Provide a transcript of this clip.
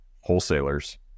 wholesalers